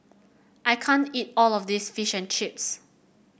I can't eat all of this Fish and Chips